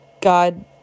God